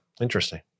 Interesting